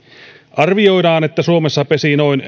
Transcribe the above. arvioidaan että suomessa pesii noin